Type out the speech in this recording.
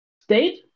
state